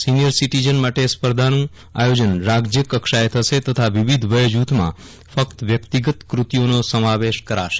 senior citizen માટે સ્પર્ધાનું આયોજન રાજ્યકક્ષાએ થશે તથા વિવિધ વય જૂથમાં ફકત વ્યક્તિગત કૃતિઓનો સામવેશ કરાશે